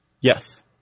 Yes